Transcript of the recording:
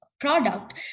product